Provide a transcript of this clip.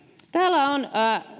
täällä on